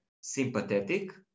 sympathetic